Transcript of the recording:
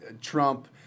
Trump